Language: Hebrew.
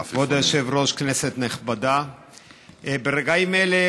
משמעות הנתונים הללו